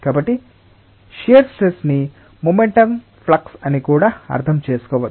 కాబట్టి shear stress ని momentum flux అని కూడా అర్థం చేసుకోవచ్చు